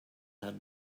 had